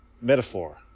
metaphor